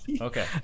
Okay